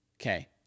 okay